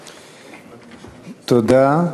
תודה.